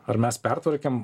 ar mes pertvarkėm